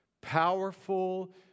powerful